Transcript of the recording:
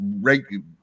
regular